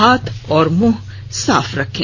हाथ और मुंह साफ रखें